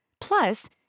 Plus